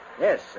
Yes